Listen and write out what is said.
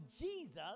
Jesus